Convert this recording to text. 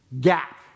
gap